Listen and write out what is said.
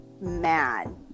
mad